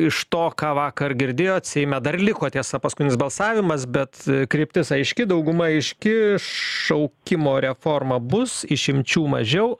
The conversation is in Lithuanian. iš to ką vakar girdėjot seime dar liko tiesa paskutinis balsavimas bet kryptis aiški dauguma aiški šaukimo reforma bus išimčių mažiau